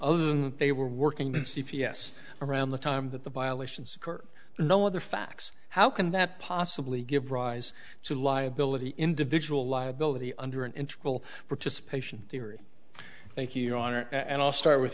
other than they were working with c p s around the time that the violations were no other facts how can that possibly give rise to liability individual liability under an integral participation theory thank you your honor and i'll start with